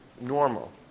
normal